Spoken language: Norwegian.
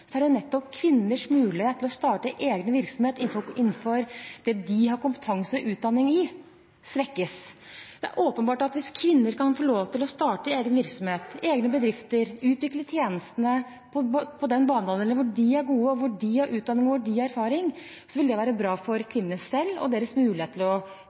kvinners mulighet til å starte egen virksomhet innenfor det de har kompetanse og utdanning i, som svekkes. Det er åpenbart at hvis kvinner kan få lov til å starte egen virksomhet, egne bedrifter, utvikle tjenestene på den banehalvdelen hvor de er gode, hvor de har utdanning, hvor de har erfaring, vil det være bra for kvinnene selv og deres mulighet til å